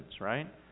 right